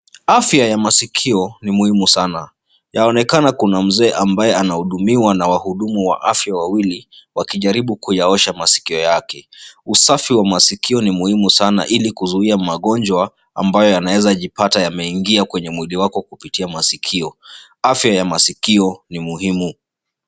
Afya ya masikio ni muhimu sana. Yanaonekana kuna mzee anahudumiwa na wahudumu wa afya wawili, wakijaribu kuyaosha masikio yake. Usafi wa masikio ni muhimu sana ili kuzuia magonjwa ambayo yanaweza jipata yameingia kwenye moja wako kupitia masikio. Afya ya masikio ni muhimu.